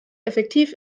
effektiv